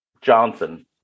Johnson